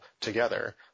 together